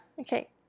Okay